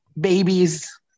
Babies